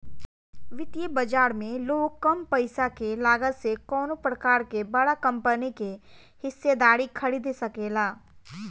वित्तीय बाजार में लोग कम पईसा के लागत से कवनो प्रकार के बड़ा कंपनी के हिस्सेदारी खरीद सकेला